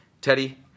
Teddy